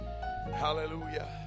hallelujah